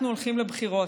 אנחנו הולכים לבחירות.